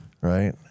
Right